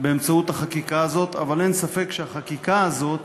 באמצעות החקיקה הזאת, אבל אין ספק שהחקיקה הזאת,